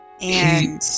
And-